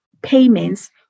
payments